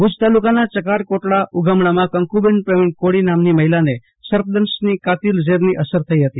ભુજ તાલુકાના ચકાર કોટડા ઉગમડામાં કંકુબેન પ્રવિણ કોલી નામની મહિલાને સર્પદંશની કાતિલ ઝેરની અસર થઈ હતી